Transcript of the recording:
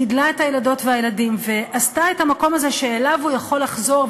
גידלה את הילדות ואת הילדים ועשתה את המקום הזה שאליו הוא יכול לחזור,